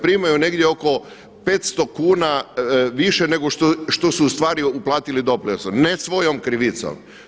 Primaju negdje oko 500 kuna više nego što su u stvari uplatili doprinosom ne svojom krivicom.